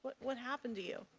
but what happened to you?